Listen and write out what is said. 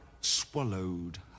swallowed